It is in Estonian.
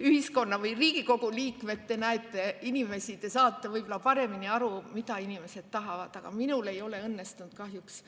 ühiskonna [liidrid] või Riigikogu liikmed – te näete inimesi, te saate võib-olla paremini aru, mida inimesed tahavad. Aga minul ei ole õnnestunud kahjuks